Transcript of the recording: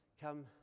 come